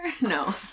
No